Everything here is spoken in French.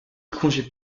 congés